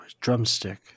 Drumstick